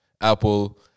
Apple